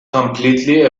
completely